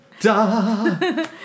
Da